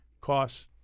costs